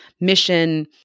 mission